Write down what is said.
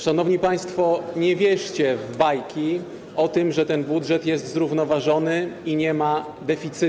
Szanowni państwo, nie wierzcie w bajki o tym, że ten budżet jest zrównoważony i nie ma deficytu.